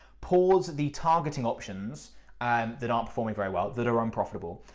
pause the targeting options um that aren't performing very well, that are unprofitable,